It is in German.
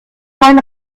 mein